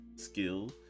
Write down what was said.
skill